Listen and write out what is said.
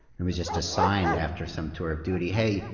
and was just assigned after some tour of duty, hey,